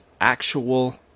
actual